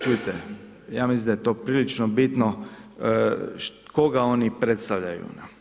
Čujte, ja mislim da je to prilično bitno koga oni predstavljaju.